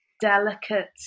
delicate